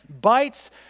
bites